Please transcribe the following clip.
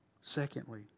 Secondly